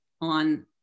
on